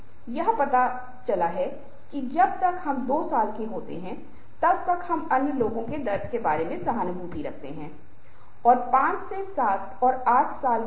यदि 2 महिलाएं बातचीत कर रही हैं जो एक दूसरे को नहीं जानते हैं उनके बीच की दूरी कम हो जाती है महिलाएं अपने बीच थोड़ी कम दूरी के साथ काफी सहज होती हैं उनके बीच की दूरी कुछ 18 इंच से 16 इंच हो सकती है